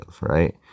right